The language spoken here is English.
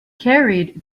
carried